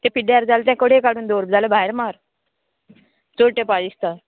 ते पिड्ड्यार जालां तें कडेन काडून दवर जाल्या भायर मार चड तेंपा दिसता